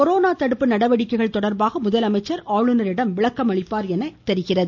corona தடுப்பு நடவடிக்கைகள் தொடர்பாக முதலமைச்சர் ஆளுநரிடம் விளக்கம் அளிப்பார் என்று எதிர்பார்க்கப்படுகிறது